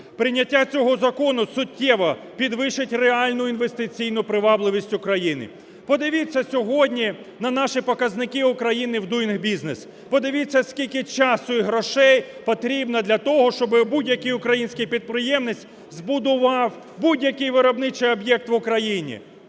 Прийняття цього закону суттєво підвищить реальну інвестиційну привабливість України. Подивіться сьогодні на наші показники України в Doing Business, подивіться скільки часу і грошей потрібно для того, щоб будь-який український підприємець збудував будь-який виробничий об'єкт в Україні.